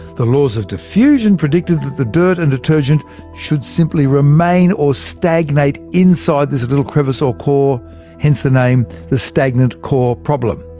the laws of diffusion predicted that the dirt and detergent should simply remain, or stagnate, inside this little crevice, or core hence the name, the stagnant core problem.